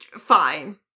fine